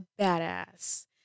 Badass